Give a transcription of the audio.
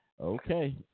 Okay